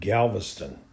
Galveston